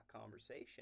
conversation